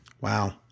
wow